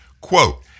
quote